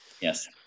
yes